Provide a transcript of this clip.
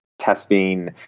testing